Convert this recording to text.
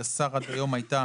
לשר עד היום הייתה